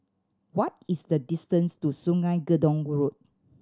what is the distance to Sungei Gedong Road